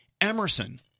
Emerson